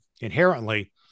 inherently